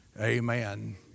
amen